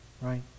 Right